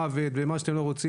מוות וכו',